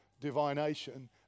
divination